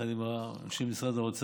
יחד עם האנשים ממשרד האוצר,